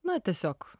na tiesiog